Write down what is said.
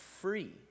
free